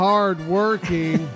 hardworking